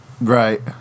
Right